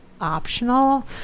optional